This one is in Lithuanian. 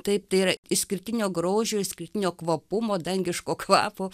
taip tai yra išskirtinio grožio išskirtinio kvapumo dangiško kvapo